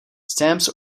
stamps